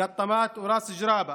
קטמאת וראס ג'ראבה,